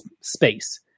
space